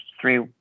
three